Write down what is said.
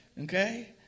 Okay